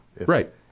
right